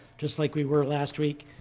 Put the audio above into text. just like we were last week.